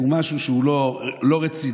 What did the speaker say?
משהו שהוא לא רציני,